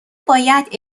باید